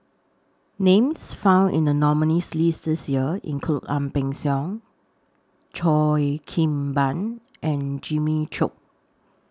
Names found in The nominees' list This Year include Ang Peng Siong Cheo Kim Ban and Jimmy Chok